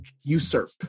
usurp